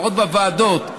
לפחות בוועדות,